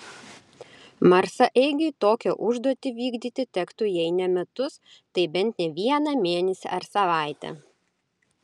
marsaeigiui tokią užduotį vykdyti tektų jei ne metus tai bent ne vieną mėnesį ar savaitę